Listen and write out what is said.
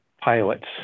pilots